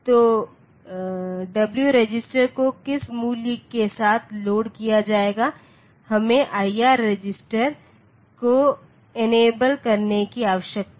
तो कि w register को किस मूल्य के साथ लोड किया जाएगा हमें IR रजिस्टर को इनेबल करने की आवश्यकता है